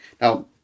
now